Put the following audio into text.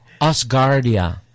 Asgardia